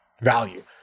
value